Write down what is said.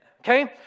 okay